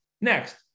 next